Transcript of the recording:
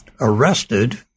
arrested